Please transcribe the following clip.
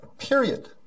period